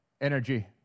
energy